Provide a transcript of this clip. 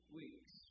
weeks